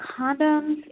condoms